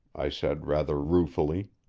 i said rather ruefully.